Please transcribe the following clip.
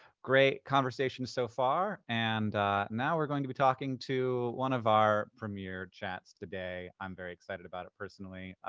great conversations so far. and now we're going to be talking to one of our premier chats today. i'm very excited about it personally.